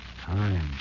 time